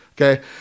Okay